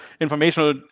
informational